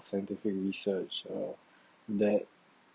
scientific research uh that